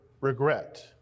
regret